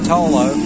Tolo